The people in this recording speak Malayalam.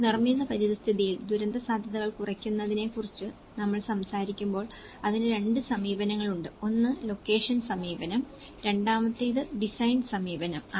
നിർമ്മിത പരിസ്ഥിതിയിൽ ദുരന്തസാധ്യതകൾ കുറയ്ക്കുന്നതിനെക്കുറിച്ച് നമ്മൾ സംസാരിക്കുമ്പോൾ അതിന് 2 സമീപനങ്ങളുണ്ട് ഒന്ന് ലൊക്കേഷൻ സമീപനമാണ് രണ്ടാമത്തേത് ഡിസൈൻ സമീപനമാണ്